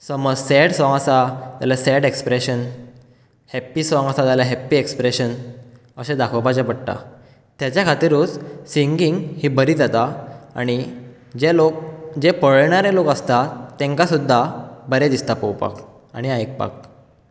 समज sad song आसा जाल्यार सॅड एक्स्प्रेशन हॅप्पी सॉंग आसा जाल्यार हॅप्पी एक्स्प्रेशन अशें दाखोवपाचें पडटा तेजे खातीरूच सिंगींग ही बरी जाता आनी जें लोक जे पळोवण्यारे लोक आसता तेंका सुद्दां बरें दिसता पळोवपाक आनी आयकपाक